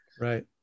Right